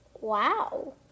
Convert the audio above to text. Wow